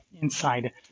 inside